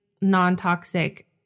non-toxic